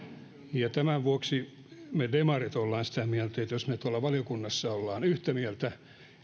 tämän vuoksi me demarit olemme sitä mieltä että jos me tuolla valiokunnassa olemme yhtä mieltä